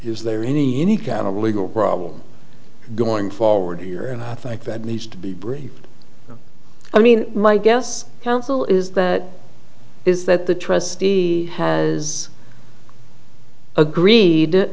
is there any any kind of legal problem going forward here and i think that needs to be brief i mean my guess counsel is that is that the trustee has agreed